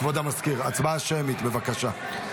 כבוד המזכיר, הצבעה שמית, בבקשה.